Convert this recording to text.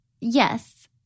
Yes